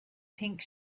pink